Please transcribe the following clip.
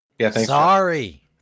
Sorry